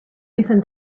listen